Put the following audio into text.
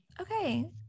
Okay